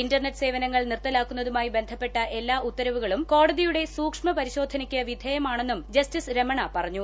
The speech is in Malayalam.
ഇൻർനെറ്റ് സേവനങ്ങൾ നിർത്തലാക്കുന്നതുമായി ബന്ധപ്പെട്ട എല്ലാ ഉത്തരവുകളും കോടതിയുടെ സൂക്ഷ്മ പരിശോധനയ്ക്ക് വിധേയമാണെന്നും ജസ്സിസ് രമണ പറഞ്ഞു